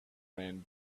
ran